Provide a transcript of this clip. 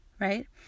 right